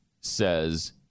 says